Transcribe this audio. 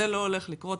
זה לא הולך לקרות,